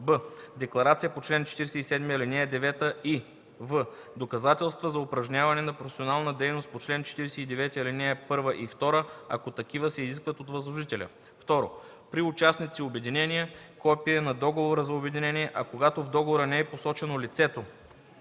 б) декларация по чл. 47, ал. 9, и в) доказателства за упражняване на професионална дейност по чл. 49, ал. 1 и 2, ако такива се изискват от възложителя; 2. при участници обединения – копие на договора за обединение, а когато в договора не е посочено лицето,